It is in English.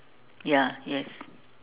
ya yes